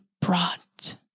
brought